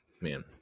man